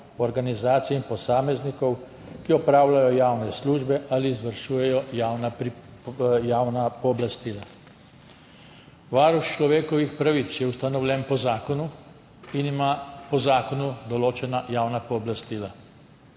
organizacij in posameznikov, ki opravljajo javne službe ali izvršujejo javna pooblastila.« Varuh človekovih pravic je ustanovljen po zakonu in ima po zakonu določena javna pooblastila.